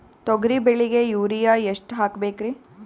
ತೊಗರಿ ಬೆಳಿಗ ಯೂರಿಯಎಷ್ಟು ಹಾಕಬೇಕರಿ?